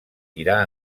tirar